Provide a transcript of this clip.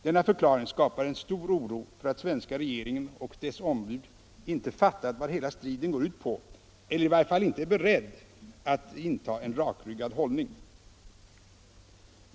Denna förklaring skapar en stor oro för att svenska regeringen och dess ombud inte fattat vad hela striden går ut på eller i varje fall inte är beredd att inta en rakryggad hållning.